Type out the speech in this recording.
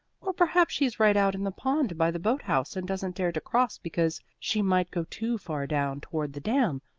or perhaps she's right out in the pond by the boat-house and doesn't dare to cross because she might go too far down toward the dam.